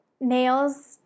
nails